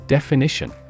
Definition